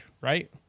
right